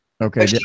Okay